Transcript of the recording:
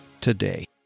today